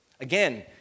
Again